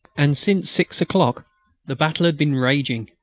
and since six o'clock the battle had been raging,